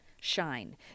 shine